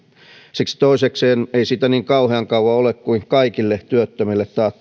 siksi toisekseen ei siitä niin kauhean kauan ole kun kaikille työttömille